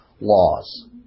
laws